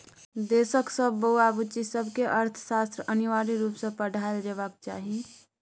देशक सब बौआ बुच्ची सबकेँ अर्थशास्त्र अनिवार्य रुप सँ पढ़ाएल जेबाक चाही